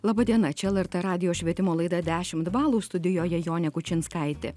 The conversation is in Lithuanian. laba diena čia lrt radijo švietimo laida dešimt balų studijoje jonė kučinskaitė